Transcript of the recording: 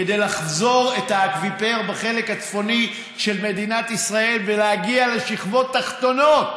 כדי לחזור לאקוויפר בחלק הצפוני של מדינת ישראל ולהגיע לשכבות תחתונות,